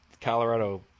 Colorado